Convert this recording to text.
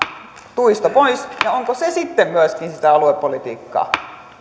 tuista pois onko se sitten myöskin sitä aluepolitiikkaa